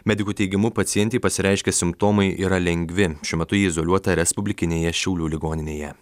medikų teigimu pacientei pasireiškę simptomai yra lengvi šiuo metu ji izoliuota respublikinėje šiaulių ligoninėje